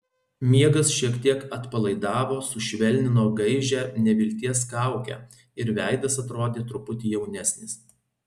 miegas šiek tiek atpalaidavo sušvelnino gaižią nevilties kaukę ir veidas atrodė truputį jaunesnis